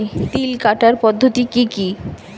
তিল কাটার পদ্ধতি কি কি?